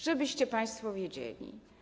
Żebyście państwo wiedzieli.